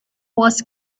wars